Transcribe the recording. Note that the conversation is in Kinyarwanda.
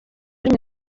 muri